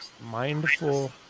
mindful